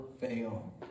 fail